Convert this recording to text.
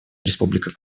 республика